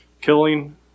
Killing